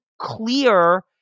clear